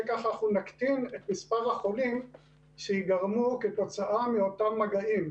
כך נקטין את מספר החולים שייגרמו כתוצאה מאותם מגעים,